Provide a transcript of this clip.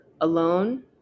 Alone